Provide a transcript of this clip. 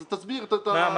תסביר את הטענה.